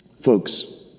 Folks